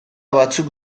batzuk